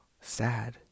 sad